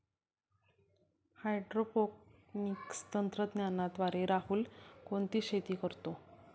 Hydroponics तंत्रज्ञानाद्वारे राहुल कोणती शेती करतो?